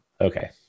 Okay